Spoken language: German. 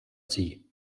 sie